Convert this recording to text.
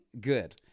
good